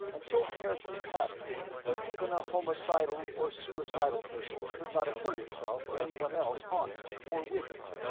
and so carefully padded that even a homicidal or suicidal person could not have hurt himself or anyone else on it or with it.